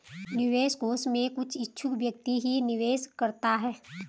निवेश कोष में कुछ इच्छुक व्यक्ति ही निवेश करता है